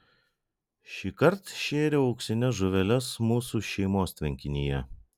šįkart šėriau auksines žuveles mūsų šeimos tvenkinyje